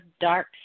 dark